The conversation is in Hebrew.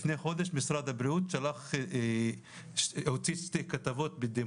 לפני כחודש משרד הבריאות שלח או הוציא שתי כתבות בדה